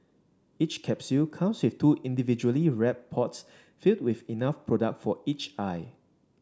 each capsule comes with two individually wrap pods filled with enough product for each eye